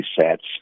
sets